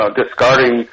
discarding